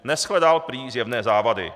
Neshledal prý zjevné závady.